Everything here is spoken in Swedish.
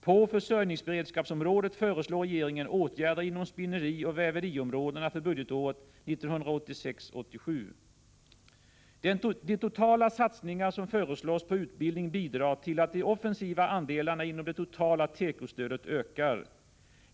På försörjningsberedskapsområdet föreslår regeringen åtgärder inom spinnerioch väveriområdena för budgetåret 1986/87. De totala satsningar som föreslås på utbildning bidrar till att de offensiva andelarna inom det totala tekostödet ökar.